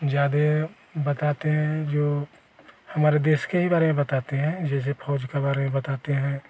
ज़्यादा बताते हैं जो हमारे देश के ही बारे में बताते हैं जैसे खोज ख़बर है बताते हैं